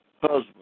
husband